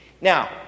Now